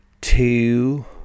two